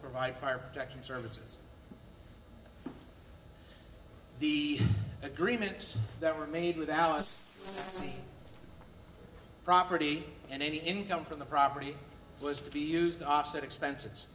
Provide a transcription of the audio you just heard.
provide fire protection services these agreements that were made without property and any income from the property was to be used to offset expenses